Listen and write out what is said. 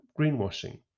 greenwashing